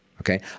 okay